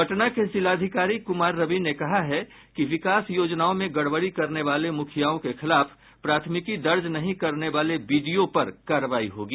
पटना के जिलाधिकारी कुमार रवि ने कहा है कि विकास योजनाओं में गड़बड़ी करने वाले मुखियाओं के खिलाफ प्राथमिकी दर्ज नहीं करने वाले बीडीओ पर कार्रवाई होगी